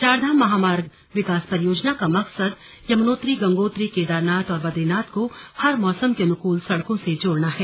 चारधाम महामार्ग विकास परियोजना का मकसद यमुनोत्री गंगोत्री केदारनाथ और बदरीनाथ को हर मौसम के अनुकूल सड़कों से जोड़ना है